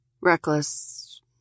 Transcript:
Reckless